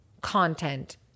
content